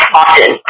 often